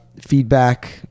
feedback